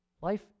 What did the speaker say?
Life